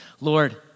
Lord